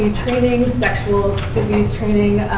ah training, sexual disease training,